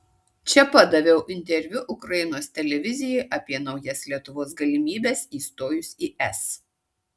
čia pat daviau interviu ukrainos televizijai apie naujas lietuvos galimybes įstojus į es